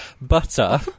Butter